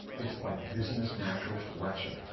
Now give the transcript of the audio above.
it's like business natural selection.